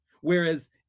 whereas